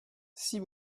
six